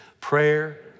Prayer